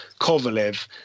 Kovalev